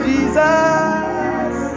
Jesus